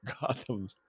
gotham